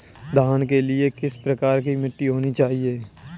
धान के लिए किस प्रकार की मिट्टी होनी चाहिए?